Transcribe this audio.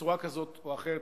בצורה כזאת או אחרת,